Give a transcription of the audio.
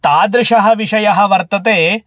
तादृशः विषयः वर्तते